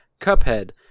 Cuphead